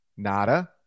Nada